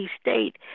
state